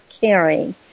caring